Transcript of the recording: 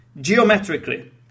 geometrically